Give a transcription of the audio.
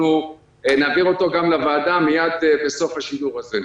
אנחנו נעביר אותו גם לוועדה מיד בסוף השידור הזה.